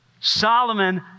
Solomon